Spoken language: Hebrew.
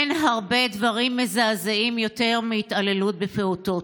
אין הרבה דברים מזעזעים יותר מהתעללות בפעוטות,